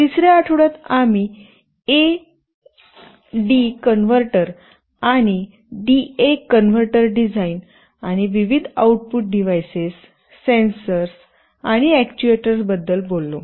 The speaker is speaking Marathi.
आणि तिसर्या आठवड्यात आम्ही A D converter A D Converter आणि D A converter D A Converter design आणि विविध आउटपुट डिव्हाइसेस सेन्सर आणि अॅक्ट्युएटर्स बद्दल बोललो